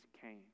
came